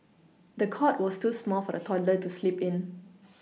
the cot was too small for the toddler to sleep in